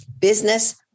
business